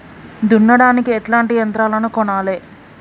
దున్నడానికి ఎట్లాంటి యంత్రాలను కొనాలే?